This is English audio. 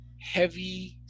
Heavy